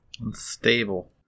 Unstable